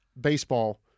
baseball